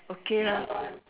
okay lah